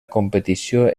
competició